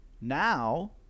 now